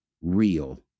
real